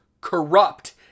corrupt